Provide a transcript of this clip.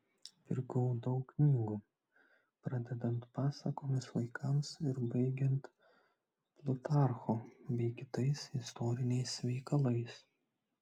pirkau daug knygų pradedant pasakomis vaikams ir baigiant plutarchu bei kitais istoriniais veikalais